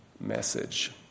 message